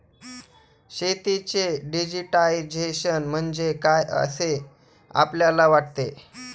शेतीचे डिजिटायझेशन म्हणजे काय असे आपल्याला वाटते?